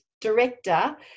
director